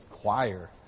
choir